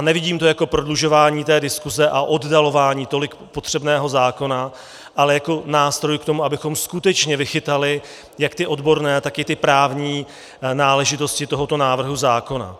Nevidím to jako prodlužování diskuze a oddalování tolik potřebného zákona, ale jako nástroj k tomu, abychom skutečně vychytali jak ty odborné, tak i právní náležitosti tohoto návrhu zákona.